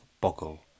Boggle